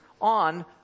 on